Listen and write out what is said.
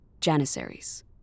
Janissaries